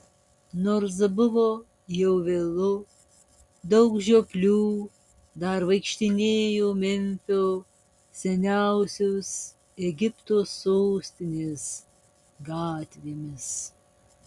nors buvo jau vėlu daug žioplių dar vaikštinėjo memfio seniausios egipto sostinės gatvėmis